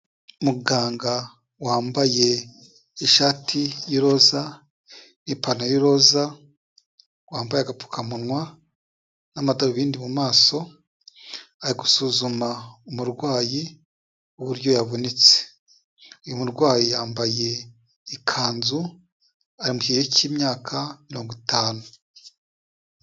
Umuganga wambaye ishati y'iroza n'ipantaro y'iroza wambaye agapfukamunwa n'amadarubindi mu maso, ari gusuzuma umurwayi uburyo yavunitse, uyu murwayi yambaye ikanzu ari mu kigero cy'imyaka mirongo itanu.